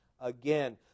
again